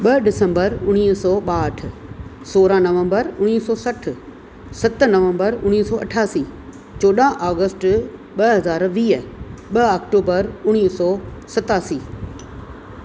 ॿ ॾिसंबर उणिवीह सौ ॿाहठि सोरहं नवंबर उणिवीह सौ सठि सत नवंबर उणिवीह सौ अठासी चोॾहं अगस्ट ॿ हज़ार वीह ॿ अक्टूबर उणिवीह सौ सतासी